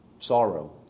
Sorrow